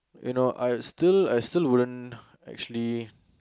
you know I still I still wouldn't actually